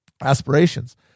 aspirations